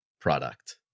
product